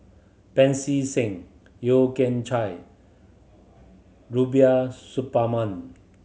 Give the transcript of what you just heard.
Pancy Seng Yeo Kian Chye Rubiah Suparman